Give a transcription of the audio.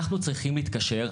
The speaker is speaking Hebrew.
אנחנו צריכים להתקשר,